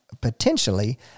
potentially